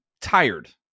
tired